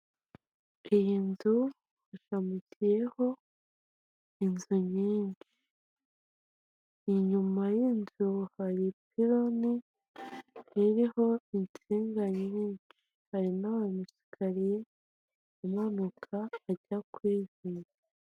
Iyi nzu ikamutiyeho inzu nyinshi, inyuma y'inzu hari ipironi ririho insinga nnshi hari n'amayesikariye amanuka ajya ku iduka.